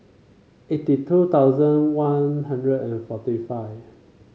eighty two thousand One Hundred and forty five